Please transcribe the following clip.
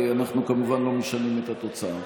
52, אין מתנגדים, אין נמנעים.